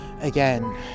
again